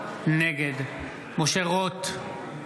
נגד משה רוט,